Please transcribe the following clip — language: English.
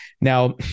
Now